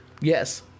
Yes